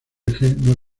dice